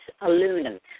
aluminum